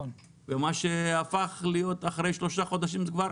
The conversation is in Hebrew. ומה שהפך להיות אחרי שלושה חודשים, זה כבר